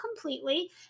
completely